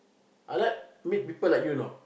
I like meet people like you you know